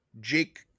jake